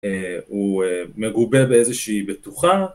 הוא מגובה באיזושהי בטוחה